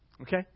Okay